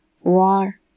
war